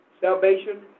salvation